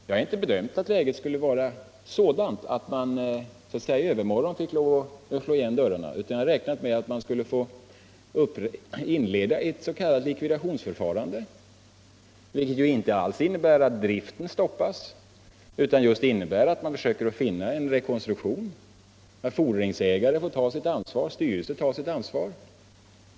Jag har inte bedömt att läget skulle vara sådant att man i övermorgon skulle få lov att slå igen dörrarna utan jag har räknat med att man skulle inleda ett s.k. likvidationsförfarande. Det innebär inte alls att driften stoppas utan just att man försöker finna en rekonstruktion; fordringsägare får ta sitt ansvar, styrelsen får ta sitt ansvar.